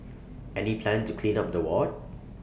any plan to clean up the ward